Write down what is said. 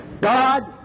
God